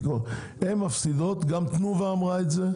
גם "תנובה" אמרה את זה,